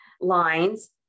lines